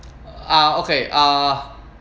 uh okay uh